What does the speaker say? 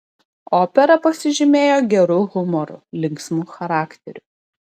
opera pasižymėjo geru humoru linksmu charakteriu